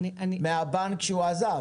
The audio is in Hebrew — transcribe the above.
מהבנק שהוא עזב.